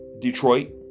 detroit